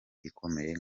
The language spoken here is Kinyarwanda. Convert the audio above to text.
ikomeye